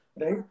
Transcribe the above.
Right